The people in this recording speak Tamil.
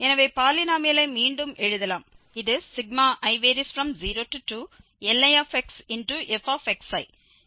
எனவே பாலினோமியலை மீண்டும் எழுதலாம் இது i02Lixf